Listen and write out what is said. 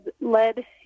led